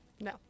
No